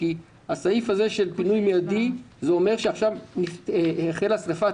התקנה הזאת על פינוי מיידי אומרת שעכשיו החלה שריפה.